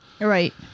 Right